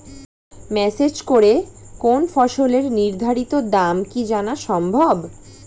Message করে কোন ফসলের নির্ধারিত দাম কি জানা সম্ভব?